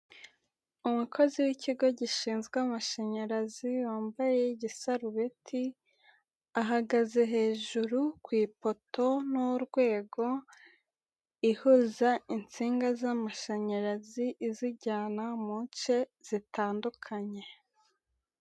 Umukozi w'ikigo gishinzwe amashanyarazi wambaye igisarubeti ahagaze hejuru ku ipoto n'urwego ihuza insinga z'amashanyarazi izijyana muce zitandukanye.